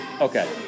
okay